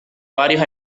varios